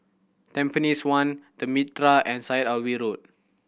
Tampines One The Mitraa and Syed Alwi Road